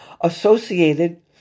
associated